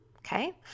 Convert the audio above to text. Okay